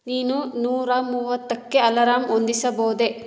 ನೀನು ನೂರ ಮೂವತ್ತಕ್ಕೆ ಅಲಾರಾಂ ಹೊಂದಿಸಬಹುದೇ